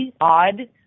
odd